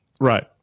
Right